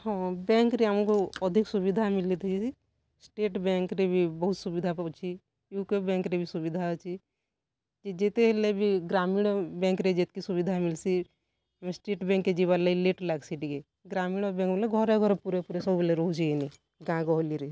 ହଁ ବ୍ୟାଙ୍କ୍ରେ ଆମ୍କୁ ଅଧିକ୍ ସୁବିଧା ମିଲିଥିସି ଷ୍ଟେଟ୍ ବ୍ୟାଙ୍କ୍ରେ ବି ବହୁତ୍ ସୁବିଧା ପାଉଛି ୟୁକୋ ବ୍ୟାଙ୍କ୍ରେ ବି ସୁବିଧା ଅଛି ଯେତେ ହେଲେ ବି ଗ୍ରାମୀଣ ବ୍ୟାଙ୍କ୍ରେ ଯେତ୍କି ସୁବିଧା ମିଲ୍ସି ଷ୍ଟେଟ୍ ବ୍ୟାଙ୍କ୍କେ ଯିବାର୍ ଲାଗି ଲେଟ୍ ଲାଗ୍ସି ଟିକେ ଗ୍ରାମୀଣ ବ୍ୟାଙ୍କ୍ ବୋଲେ ଘରେ ଘରେ ପୁରେ ପୁରେ ସବୁବେଳେ ରହୁଛେ କି ନାଇଁ ଗାଁ ଗହଳିରେ